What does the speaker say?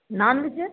non veg